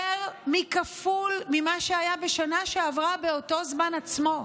יותר מכפול ממה שהיה בשנה שעברה באותו זמן עצמו.